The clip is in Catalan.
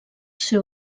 ser